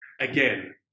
Again